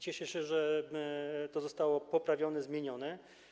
Cieszę się, że to zostało poprawione, zmienione.